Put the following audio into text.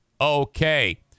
Okay